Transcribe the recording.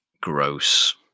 gross